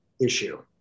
issue